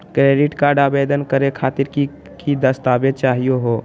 Credit card आवेदन करे खातिर की की दस्तावेज चाहीयो हो?